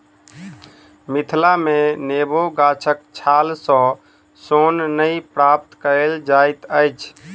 मिथिला मे नेबो गाछक छाल सॅ सोन नै प्राप्त कएल जाइत अछि